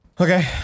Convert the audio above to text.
Okay